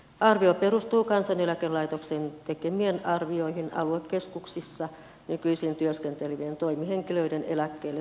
arvio perustuu kansaneläkelaitoksen tekemiin arvioihin aluekeskuksissa nykyisin työskentelevien toimihenkilöiden eläkkeelle siirtymisistä